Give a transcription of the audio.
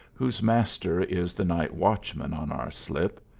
whose master is the night watchman on our slip,